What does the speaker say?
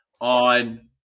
on